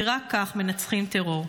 כי רק כך מנצחים טרור.